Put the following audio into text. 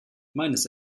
meines